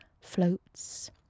floats